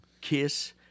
kiss